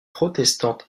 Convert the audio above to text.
protestante